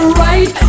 right